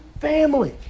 family